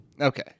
Okay